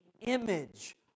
image